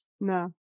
No